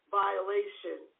violation